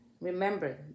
Remember